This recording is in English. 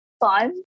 fun